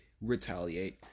retaliate